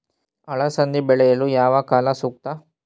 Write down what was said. ಅಲಸಂದಿ ಬೆಳೆಯಲು ಯಾವ ಕಾಲ ಸೂಕ್ತ?